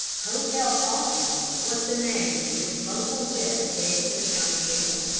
hotel calkins was the name which local wit gave to the county jail.